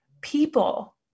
people